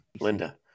Linda